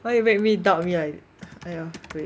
why you make me doubt me I !aiya! wait